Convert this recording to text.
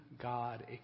God